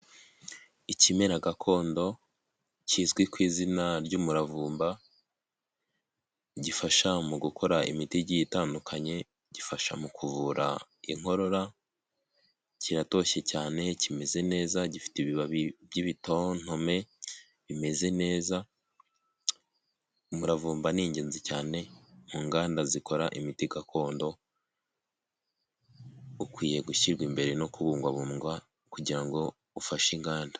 Ikimera gakondo kizwi ku izina ry'umuravumba, gifasha mu gukora imiti igiye itandukanye gifasha mu kuvura inkorora, kiratoshye cyane kimeze neza gifite ibibabi by'ibitontome bimeze neza, umuravumba ni ingenzi cyane mu nganda zikora imiti gakondo ukwiye gushyirwa imbere no kubungabungwa kugirango ngo ufashe inganda.